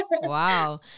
Wow